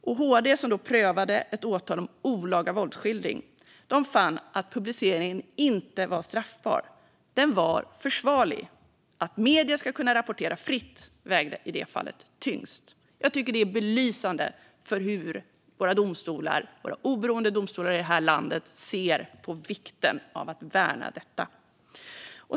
Men HD, som prövade ett åtal om olaga våldsskildring, fann att publiceringen inte var straffbar. Den var försvarlig. Att medierna ska kunna rapportera fritt vägde i det fallet tyngst. Jag tycker att det är belysande för hur våra domstolar, våra oberoende domstolar, ser på vikten av att värna detta.